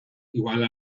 igual